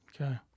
okay